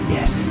Yes